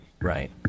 Right